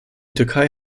türkei